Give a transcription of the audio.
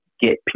get